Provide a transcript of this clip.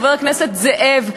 חבר הכנסת זאב,